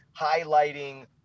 highlighting